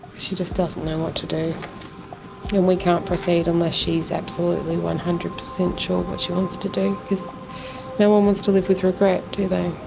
she just doesn't know what ah to do and we can't proceed unless she's absolutely one hundred percent sure what she wants to do, because no one wants to live with regret do they?